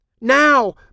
Now